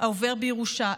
העובר בירושה.